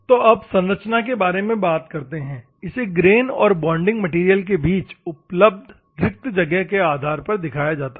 तो अब संरचना के बारे में बात करते हैं इसे ग्रेन और बॉन्डिंग मैटेरियल के बीच उपलब्ध रिक्त जगह के आधार पर दिखाया जाता है